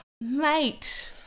mate